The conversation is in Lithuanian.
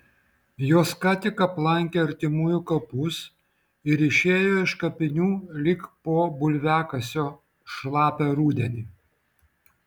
jos ką tik aplankė artimųjų kapus ir išėjo iš kapinių lyg po bulviakasio šlapią rudenį